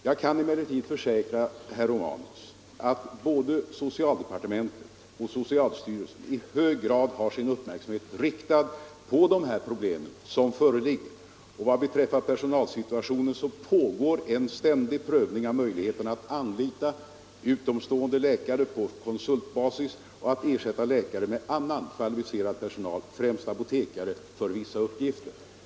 Jag kan emellertid försäkra herr Romanus att både socialdepartementet och socialstyrelsen i hög grad har sin uppmärksamhet riktad på de föreliggande problemen. Vad beträffar personalsituationen pågår en ständig prövning av möjligheterna att anlita utomstående läkare på konsultbasis och att ersätta läkare med annan kvalificerad personal, främst apotekare, för vissa uppgifter.